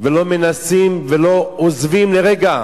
ולא מנסים ולא עוזבים לרגע.